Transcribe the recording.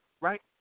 right